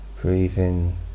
breathing